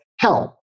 help